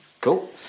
Cool